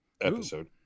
episode